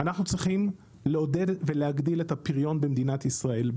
אנחנו צריכים לעודד ולהגדיל את הפריון במדינת ישראל.